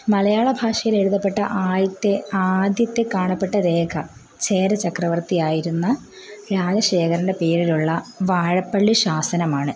മലയാളഭാഷയിലെഴുതപ്പെട്ട ആയത്തെ ആദ്യത്തെ കാണപ്പെട്ട രേഖ ചേര ചക്രവർത്തിയായിരുന്ന രാജശേഖരൻ്റെ പേരിലുള്ള വാഴപ്പള്ളി ശാസനമാണ്